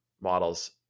models